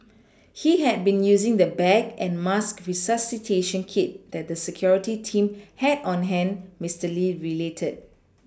he had been using the bag and mask resuscitation kit that the security team had on hand Mister Lee related